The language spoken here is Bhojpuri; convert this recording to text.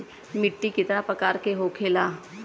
मिट्टी कितना प्रकार के होखेला?